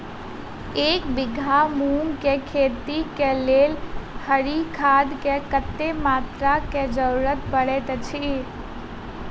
एक बीघा मूंग केँ खेती केँ लेल हरी खाद केँ कत्ते मात्रा केँ जरूरत पड़तै अछि?